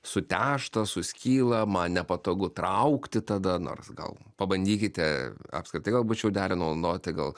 sutežta suskyla man nepatogu traukti tada nors gal pabandykite apskritai galbūt šiaudelį naudoti gal